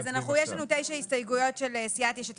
יש לנו תשע הסתייגויות של סיעת יש עתיד